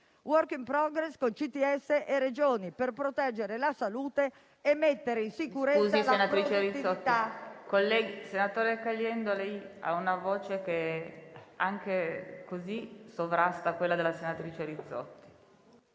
*work in progress* con CTS e Regioni per proteggere la salute e mettere in sicurezza la produttività.